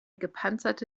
gepanzerte